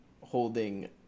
holding